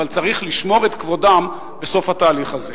אבל צריך לשמור את כבודם בסוף התהליך הזה.